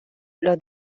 los